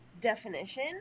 definition